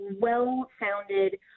well-founded